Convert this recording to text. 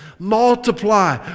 multiply